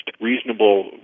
reasonable